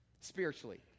spiritually